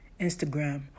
Instagram